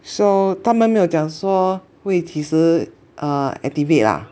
so 他们没有讲说会几时 uh activate ah